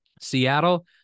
Seattle